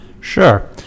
Sure